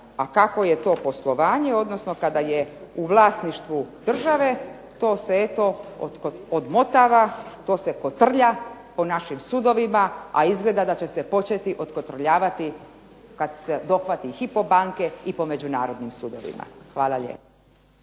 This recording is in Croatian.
A kakvo je to poslovanje odnosno kada je u vlasništvu države to se eto odmotava, to se kotrlja po našim sudovima, a izgleda da će se početi otkotrljavati kada se dohvati Hypo banke i po međunarodnim sudovima. Hvala lijepo.